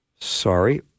Sorry